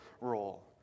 role